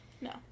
No